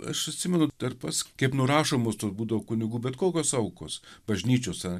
aš atsimenu dar pats kaip nurašomos tos būdavo kunigų bet kokios aukos bažnyčiose